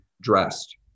dressed